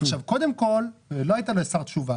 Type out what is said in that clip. קודם כל, לא הייתה לשר תשובה.